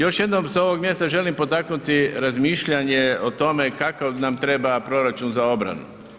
Još jednom s ovog mjesta želim potaknuti razmišljanje o tome kakav nam treba proračun za obranu.